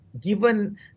given